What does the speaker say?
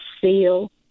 seal